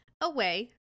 away